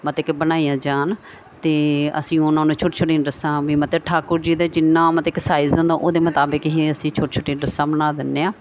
ਮਤੇ ਕਿ ਬਣਾਈਆਂ ਜਾਣ ਅਤੇ ਅਸੀਂ ਉਹਨਾਂ ਨੂੰ ਛੋਟੀ ਛੋਟੀਆਂ ਡਰੈੱਸਾਂ ਵੀ ਮਤ ਠਾਕੁਰ ਜੀ ਦੇ ਜਿੰਨਾ ਮਤੇ ਕਿ ਸਾਈਜ਼ ਹੁੰਦਾ ਉਹਦੇ ਮੁਤਾਬਿਕ ਹੀ ਅਸੀਂ ਛੋਟੀ ਛੋਟੀਆਂ ਡਰੈੱਸਾਂ ਬਣਾ ਦਿੰਦੇ ਹਾਂ